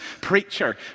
preacher